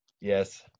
Yes